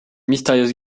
mystérieuse